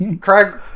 Craig